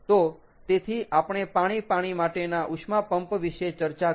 તો તેથી આપણે પાણી પાણી માટેના ઉષ્મા પંપ વિશે ચર્ચા કરી